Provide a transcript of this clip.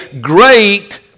great